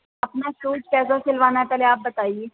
اپنا سوٹ کیسا سلوانا پہلے آپ بتائیے